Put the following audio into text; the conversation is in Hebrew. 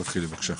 תתחילי, בבקשה.